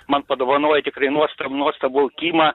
man padovanojo tikrai nuostabų nuostabų kimą